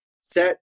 set